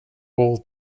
all